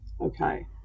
Okay